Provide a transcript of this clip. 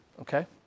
Okay